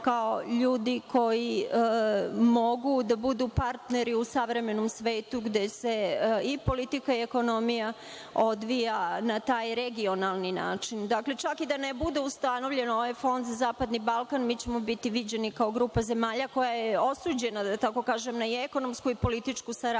kao ljudi koji mogu da budu partneri u savremenom svetu gde se i politika i ekonomija odvija na taj regionalni način. Dakle, čak i da ne bude ustanovljen ovaj fond za zapadni Balkan, mi ćemo biti viđeni kao grupa zemalja koja je osuđena da tako kažem na ekonomsku i političku saradnju.